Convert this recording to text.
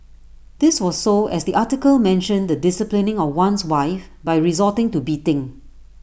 this was so as the article mentioned the disciplining of one's wife by resorting to beating